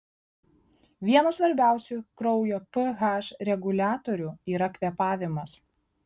vienas svarbiausių kraujo ph reguliatorių yra kvėpavimas